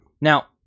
Now